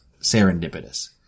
serendipitous